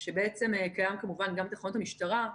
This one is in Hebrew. שקיים גם בתחנות משטרה,